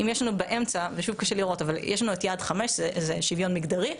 יש לנו באמצע את יעד 5, זה שוויון מגדרי.